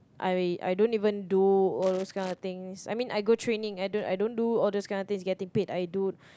I I don't even do all those kind of things I mean I go training I don't I don't do all those kind of things getting paid I don't